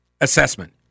assessment